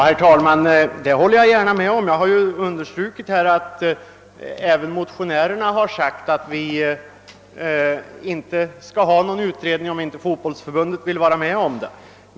Herr talman! Det håller jag gärna med om. Jag har understrukit att även motionärerna har sagt att vi inte skall ha någon utredning, om Svenska fotbollförbundet inte vill vara med om en sådan.